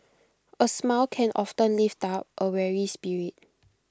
A smile can often lift up A weary spirit